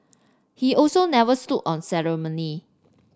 he also never stood on ceremony